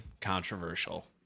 controversial